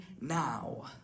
now